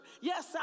Yes